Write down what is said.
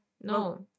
no